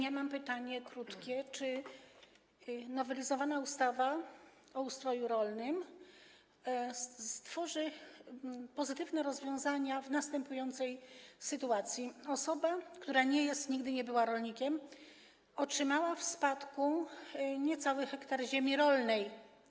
Mam krótkie pytanie o to, czy nowelizowana ustawa o ustroju rolnym stworzy pozytywne rozwiązania w następującej sytuacji: Osoba, która nie jest ani nigdy nie była rolnikiem, otrzymała w spadku niecały hektar ziemi rolnej.